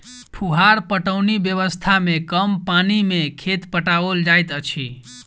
फुहार पटौनी व्यवस्था मे कम पानि मे खेत पटाओल जाइत अछि